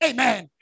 Amen